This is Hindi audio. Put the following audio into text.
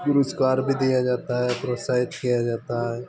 पुरुस्कार भी दिया जाता है प्रोत्साहित किया जाता है